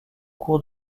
cours